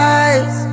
eyes